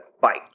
Bye